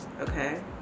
okay